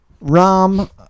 Rom